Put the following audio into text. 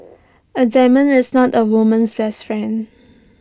A diamond is not A woman's best friend